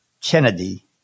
Kennedy